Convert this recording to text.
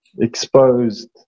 exposed